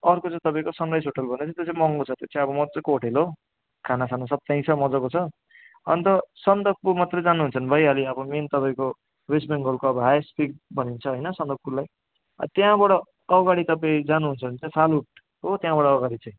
अर्को छ तपाईँको सनराइज होटेल भन्ने त्यो चाहिँ महँगो छ त्यो अब मज्जाको होटेल हो खानासाना सब त्यहीँ छ मज्जाको छ अन्त सन्दकपू मात्रै जानुहुन्छ भने भइहाल्यो अब मेन तपाईँको वेस्ट बेङ्गलको अब हाइस्ट पिक भनिन्छ होइन सन्दकपूलाई त्यहाँबाट अगाडि तपाईँ जानुहन्छ भने चाहिँ फालुट हो त्यहाँबाट अगाडि चाहिँ